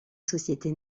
société